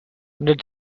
did